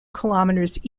kilometers